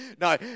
no